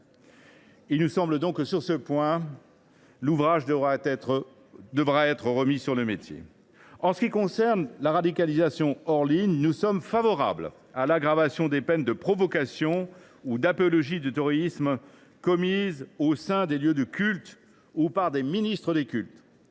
Il nous semble donc que, sur ce point, l’ouvrage devra être remis sur le métier. Pour ce qui concerne la radicalisation hors ligne, nous sommes favorables à l’aggravation des peines de provocation ou d’apologie du terrorisme lorsque les actes visés sont commis au sein des lieux de culte ou par des ministres des cultes.